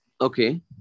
Okay